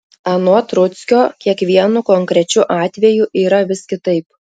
anot rudzkio kiekvienu konkrečiu atveju yra vis kitaip